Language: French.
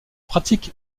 pratique